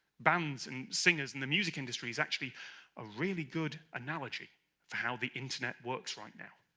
bands and singers and the music industry is actually a really good analogy for how the internet works right now.